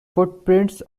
footprints